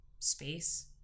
space